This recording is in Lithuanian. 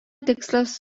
tikslas